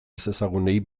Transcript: ezezagunei